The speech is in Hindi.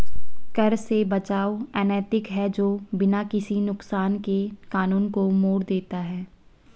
कर से बचाव अनैतिक है जो बिना किसी नुकसान के कानून को मोड़ देता है